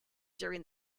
during